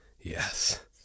Yes